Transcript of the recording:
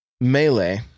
Melee